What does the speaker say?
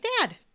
dad